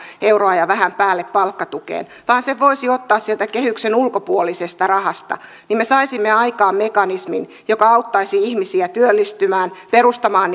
euroa ja vähän päälle palkkatukeen vaan sen voisi ottaa sieltä kehyksen ulkopuolisesta rahasta niin me saisimme aikaan mekanismin joka auttaisi ihmisiä työllistymään perustamaan